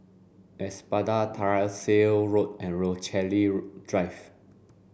Espada Tyersall Road and Rochalie Drive